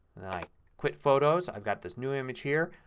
then i quit photos. i've got this new image here.